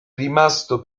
rimasto